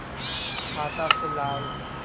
खाता से लाभ?